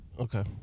Okay